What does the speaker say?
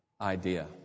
idea